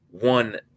one